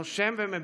נושם ומביט,